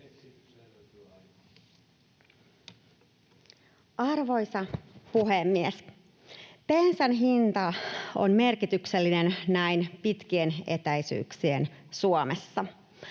Arvoisa puhemies! Bensan hinta on merkityksellinen näin pitkien etäisyyksien Suomessa.